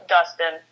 Dustin